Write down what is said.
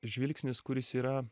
žvilgsnis kuris yra